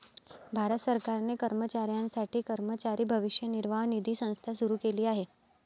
भारत सरकारने कर्मचाऱ्यांसाठी कर्मचारी भविष्य निर्वाह निधी संस्था सुरू केली आहे